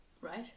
Right